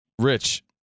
Rich